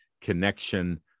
connection